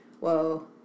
whoa